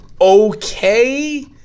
okay